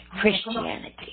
Christianity